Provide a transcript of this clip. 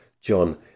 John